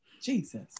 jesus